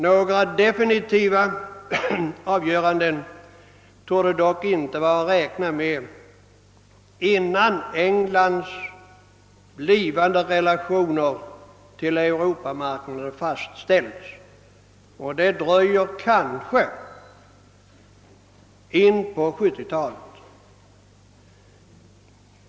Några definitiva beslut torde dock inte vara att räkna med innan Englands blivande relationer till Europamarknaden fastställts — och det dröjer kanske in på 1970-talet.